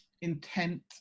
intent